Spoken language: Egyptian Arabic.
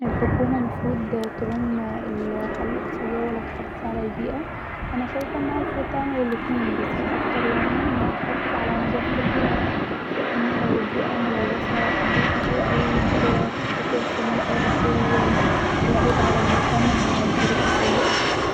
الحكومه مفروض اااممم تقوم بالحاله الاقتصاديه ولا تحافظ علي البيئه انا شايفه أنها مفروض تعمل الاتنين بس الأكتر يعني أنها تحافظ علي البيئه لان لو البيئه ملوثة امراض كتيره اوي هتنتشر في الأرض ويعود علي المجتمع بطريقته سيئة